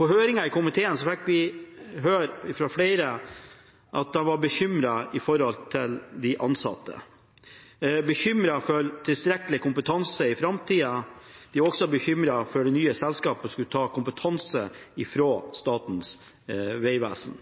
På høringen i komiteen fikk vi høre fra flere at de var bekymret for de ansatte og bekymret for tilstrekkelig kompetanse i framtida. De var også bekymret for at det nye selskapet skulle ta kompetanse fra Statens vegvesen.